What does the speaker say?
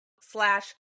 slash